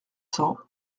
cents